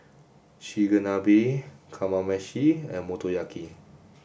Chigenabe Kamameshi and Motoyaki